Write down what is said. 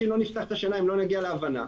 לא נפתח את השנה אם לא נגיע להבנה,